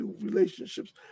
relationships